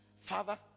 father